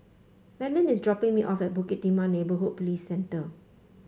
Madlyn is dropping me off at Bukit Timah Neighbourhood Police Centre